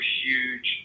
huge